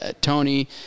Tony